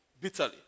bitterly